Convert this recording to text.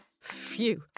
Phew